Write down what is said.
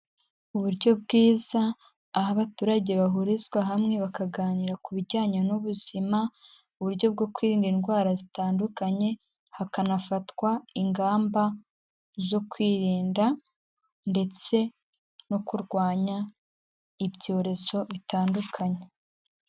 Uburyo bwiza aho abaturage bahurizwa hamwe bakaganira ku bijyanye n'ubuzima, uburyo bwo kwirinda indwara zitandukanye, hakanafatwa ingamba zo kwirinda ndetse no kurwanya ibyorezo bitandukanye.